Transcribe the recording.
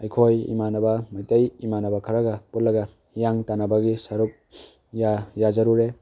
ꯑꯩꯈꯣꯏ ꯏꯃꯥꯟꯅꯕ ꯃꯩꯇꯩ ꯏꯃꯥꯟꯅꯕ ꯈꯔꯒ ꯄꯨꯜꯂꯒ ꯍꯤꯌꯥꯡ ꯇꯥꯟꯅꯕꯒꯤ ꯁꯔꯨꯛ ꯌꯥꯖꯔꯨꯔꯦ